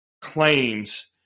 claims